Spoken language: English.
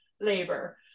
labor